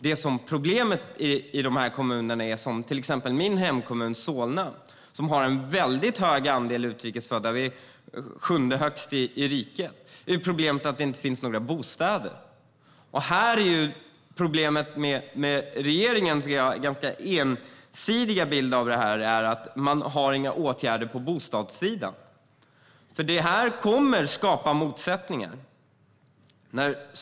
Problemet är ett annat i de här kommunerna, till exempel i min hemkommun Solna som har en stor andel utrikes födda - den sjunde största i riket. Problemet är att det inte finns några bostäder. Problemet med regeringens ganska ensidiga bild av detta är att man inte har några åtgärder på bostadssidan. Detta kommer att skapa motsättningar.